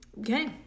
Okay